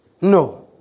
No